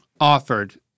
offered